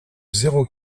zéro